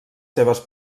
seves